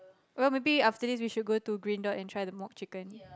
well maybe after this we should go to Green Dot and try their mock chicken